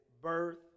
birth